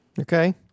Okay